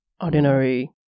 ordinary